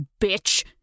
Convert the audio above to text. bitch